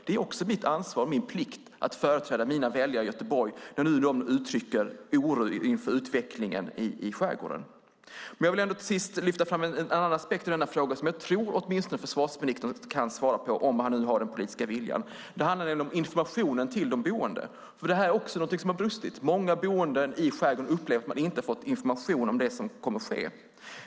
Det är också mitt ansvar och min plikt att företräda mina väljare i Göteborg när de nu uttrycker oro inför utvecklingen i skärgården. Jag vill till sist lyfta fram en annan aspekt på denna fråga som jag tror att försvarsministern kan svara på, om han nu har den politiska viljan. Det handlar om informationen till de boende, som också har brustit. Många boende i skärgården upplever att de inte har information om det som kommer att ske.